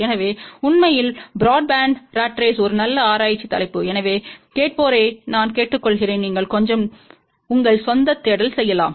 எனவே உண்மையில் broadband rat race ஒரு நல்ல ஆராய்ச்சி தலைப்பு எனவே கேட்போரை நான் கேட்டுக்கொள்கிறேன் நீங்கள் கொஞ்சம் உங்கள் சொந்த தேடல் செய்யலாம்